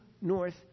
north